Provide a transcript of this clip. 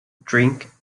drink